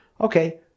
Okay